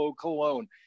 cologne